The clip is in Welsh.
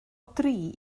dri